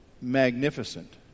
Magnificent